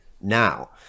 now